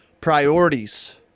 Priorities